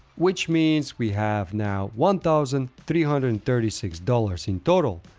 which means we have now one thousand three hundred and thirty six dollars in total.